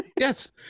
Yes